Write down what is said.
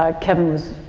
um kevin was